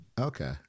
okay